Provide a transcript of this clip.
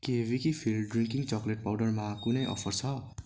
के Weikfield drinking chocolate पाउडरमा कुनै अफर छ